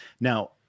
Now